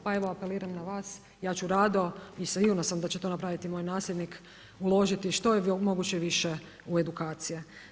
Pa evo, apeliram na vas, ja ću rado i sigurna sam da će to napraviti i moj nasljednik, uložiti što je moguće više u edukacije.